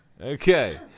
Okay